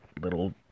little